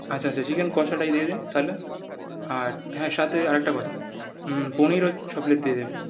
আচ্ছা আছা চিকেন কষাটাই দিয়ে দিন তাহলে আর হ্যাঁ সাথে আর একটা কথা পনিরও ছ প্লেট দিয়ে দেবেন